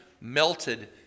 melted